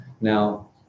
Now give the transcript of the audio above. Now